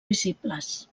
visibles